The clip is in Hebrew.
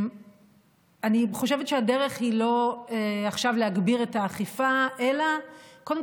אני חושבת שהדרך היא לא עכשיו להגביר את האכיפה אלא קודם